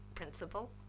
principle